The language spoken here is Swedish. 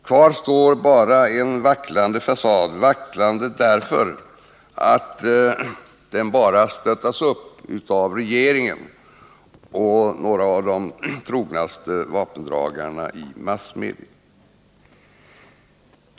Kvar finns bara en vacklande fasad — vacklande därför att den bara stöttas upp av regeringen och några av de trognaste vapendragarna i massmedia.